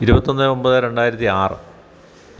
ഇരുപത്തൊന്ന് ഒൻപത് രണ്ടായിരത്തി ആറ്